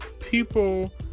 people